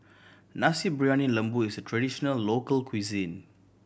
Nasi Briyani Lembu is a traditional local cuisine